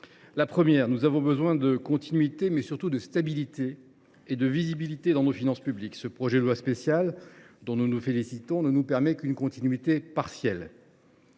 Premièrement, nous avons besoin de continuité, mais surtout de stabilité et de visibilité en matière de finances publiques. Ce projet de loi spéciale, dont nous nous félicitons, ne nous offre qu’une continuité partielle.